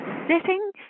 sitting